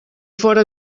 fóra